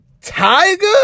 Tiger